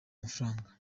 amafaranga